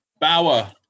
Bauer